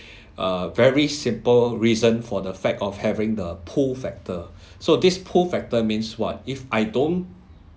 a very simple reason for the fact of having the pull factor so this pull factor means what if I don't